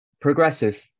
Progressive